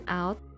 out